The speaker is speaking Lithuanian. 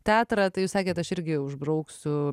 teatrą tai jūs sakėt aš irgi užbrauksiu